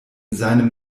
seinem